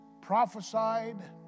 prophesied